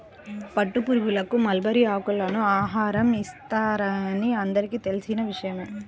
పట్టుపురుగులకు మల్బరీ ఆకులను ఆహారం ఇస్తారని అందరికీ తెలిసిన విషయమే